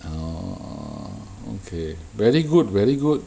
orh okay very good very good